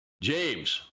James